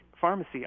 pharmacy